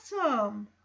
awesome